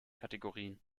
kategorien